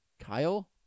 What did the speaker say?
Kyle